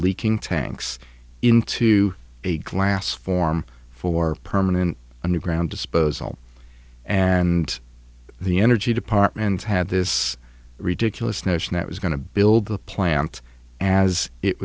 leaking tanks into a glass form for permanent underground disposal and the energy department had this ridiculous notion that was going to build the plant as it